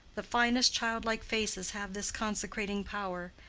the finest childlike faces have this consecrating power,